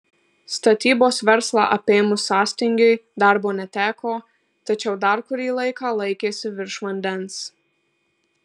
statybos verslą apėmus sąstingiui darbo neteko tačiau dar kurį laiką laikėsi virš vandens